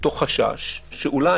מתוך חשש שאולי,